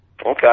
Okay